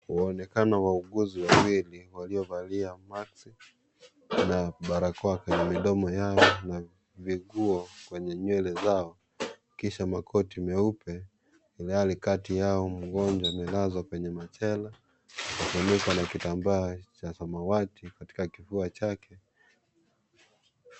Waonekana wauguzi wawili waliovalia maksi na barakoa kwenye midomo yao na viguo kwenye nywele zao, kisha makoti meupe ilhali kati yao mgonjwa amelazwa kwenye machela, palipo na kitambaa cha samawati katika kifua chake.